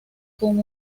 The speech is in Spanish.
con